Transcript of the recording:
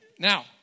Now